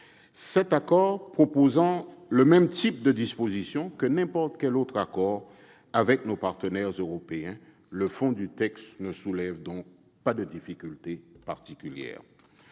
Cet accord prévoyant le même type de dispositions que n'importe quel autre accord du même ordre avec nos partenaires européens, le fond du texte ne soulève pas de difficultés particulières.